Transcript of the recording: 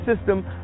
system